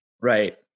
Right